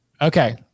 Okay